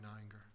anger